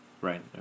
Right